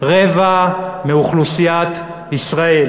רבע מאוכלוסיית ישראל.